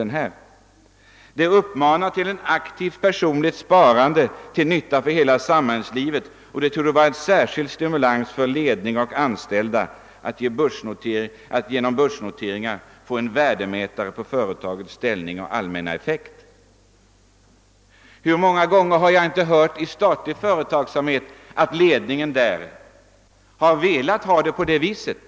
Jag citerar vidare: »Det uppammar till ett aktivt personligt sparande till nytta för hela samhällslivet och det torde vara en särskild stimulans för ledning och anställda att genom börsnotering få en värdemätare på företagets ställning och allmänna effekt.» Hur många gånger har jag inte hört att ledningen för statlig företagsamhet velat ha det på detta sätt.